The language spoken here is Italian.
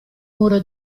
muro